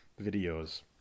videos